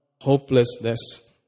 hopelessness